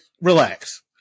relax